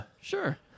Sure